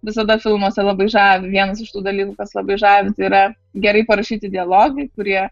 visada filmuose labai žavi vienas iš tų dalykų kas labai žavi tai yra gerai parašyti dialogai kurie